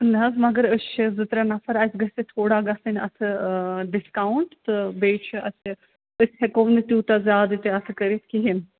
نہَ حَظ مگر أسۍ چھِ زٕ ترٛےٚ نفر اَسہِ گَژھِ تھوڑا گژھٕنۍ اَتھ آ ڈِسکاوُنٛٹ تہٕ بیٚیہ چھُ اَسہِ أسۍ ہیٚکو نہٕ تیٛوٗتاہ زیادٕ تہِ اَتھٕ کٔرِتھ کِہیٖنۍ